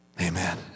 Amen